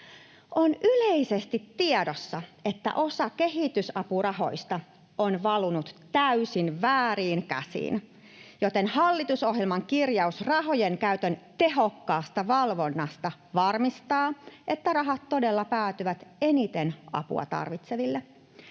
On yleisesti tiedossa, että osa kehitysapurahoista on valunut täysin vääriin käsiin, joten hallitusohjelman kirjaus rahojen käytön tehokkaasta valvonnasta varmistaa, että rahat todella päätyvät eniten apua tarvitseville.